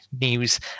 news